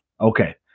okay